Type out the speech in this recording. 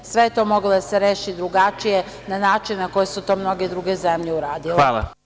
Sve je to moglo da se reši drugačije, na način na koji su to mnoge druge zemlje uradile.